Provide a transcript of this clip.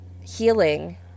healing